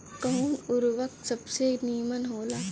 कवन उर्वरक सबसे नीमन होला?